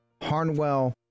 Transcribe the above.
Harnwell